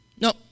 no